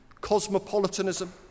cosmopolitanism